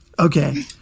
okay